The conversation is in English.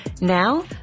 Now